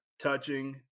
touching